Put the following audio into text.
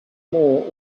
more